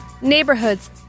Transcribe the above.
Neighborhoods